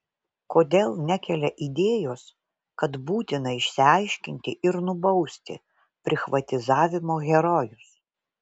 kodėl nekelia idėjos kad būtina išsiaiškinti ir nubausti prichvatizavimo herojus